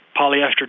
polyester